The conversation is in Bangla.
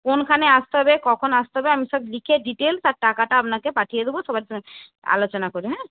কোনখানে আসতে হবে কখন আসতে হবে আমি সব লিখে ডিটেলস আর টাকাটা আপনাকে পাঠিয়ে দেবো সবার সঙ্গে আলোচনা করে হ্যাঁ